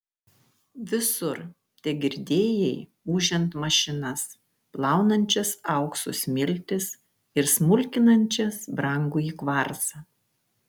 visur tegirdėjai ūžiant mašinas plaunančias aukso smiltis ir smulkinančias brangųjį kvarcą